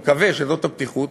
ואני מקווה שזאת הפתיחות,